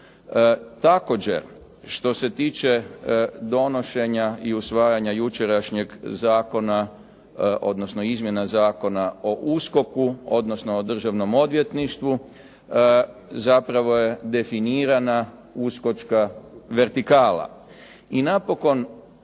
Također što se tiče donošenja i usvajanja jučerašnjeg Zakona odnosno izmjena Zakona o USKOK-u, odnosno o Državnom odvjetništvu, zapravo je definirana uskočka vertikala. I napokon